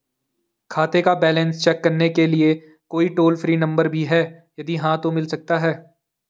खाते का balance check करने के लिए कोई टॉल फ्री नम्बर भी है यदि हाँ तो मिल सकता है?